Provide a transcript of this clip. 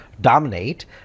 dominate